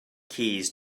keys